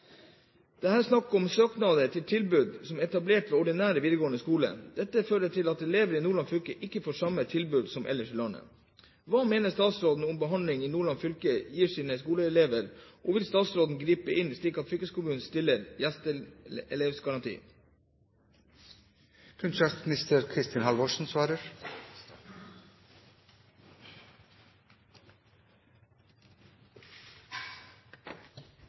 Det er her snakk om søknader til tilbud som er etablert ved ordinære videregående skoler. Dette fører til at elever i Nordland fylke ikke får samme tilbud som ellers i landet. Hva mener statsråden om behandlingen Nordland fylke gir sine skoleelever, og vil statsråden gripe inn slik at fylkeskommunen stiller